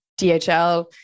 DHL